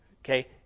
Okay